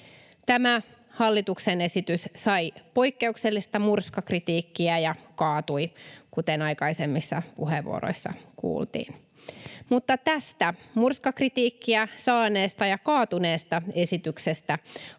Tämä hallituksen esitys sai poikkeuksellista murskakritiikkiä ja kaatui, kuten aikaisemmissa puheenvuoroissa kuultiin. Mutta tästä murskakritiikkiä saaneesta ja kaatuneesta esityksestä